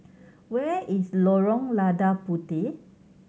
where is Lorong Lada Puteh